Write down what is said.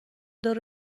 دار